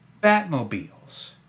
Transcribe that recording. Batmobiles